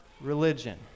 religion